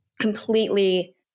completely